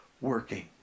working